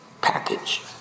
package